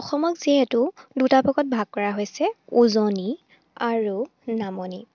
অসমক যিহেতু দুটা ভাগত ভাগ কৰা হৈছে উজনি আৰু নামনি